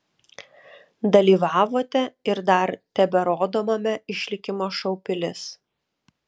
dalyvavote ir dar teberodomame išlikimo šou pilis